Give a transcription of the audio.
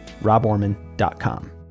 roborman.com